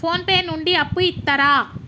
Phone pay నుండి అప్పు ఇత్తరా?